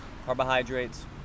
Carbohydrates